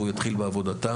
והוא יתחיל בעבודה.